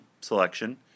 selection